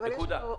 נקודה.